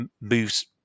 moves